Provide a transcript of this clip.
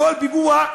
כל פיגוע,